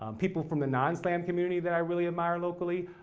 um people from the non slam community that i really admire locally,